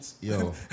Yo